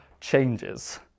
changes